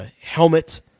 helmet